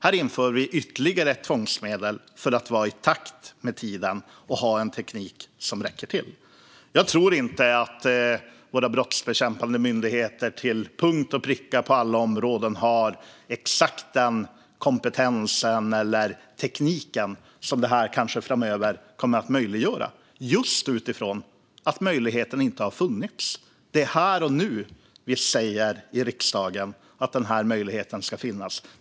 Nu inför vi ytterligare ett tvångsmedel för att vara i takt med tiden och ha en teknik som räcker till. Jag tror inte att våra brottsbekämpande myndigheter till punkt och pricka och på alla områden har exakt den kompetens eller teknik som detta kanske framöver kommer att kräva, just eftersom möjligheten inte har funnits. Det är här och nu vi i riksdagen säger att denna möjlighet ska finnas.